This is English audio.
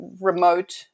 remote